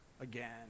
again